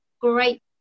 great